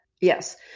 Yes